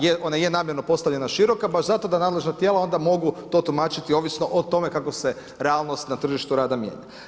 Jer ona je namjerno postavljena široka, baš zato da nadležna tijela mogu to tumačiti ovisno o tome kako se realnost na tržištu rada mijenja.